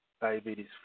diabetes